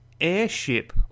airship